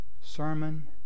sermon